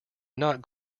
not